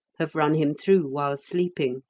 have run him through while sleeping.